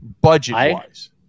Budget-wise